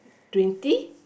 twenty